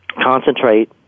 concentrate